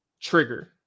trigger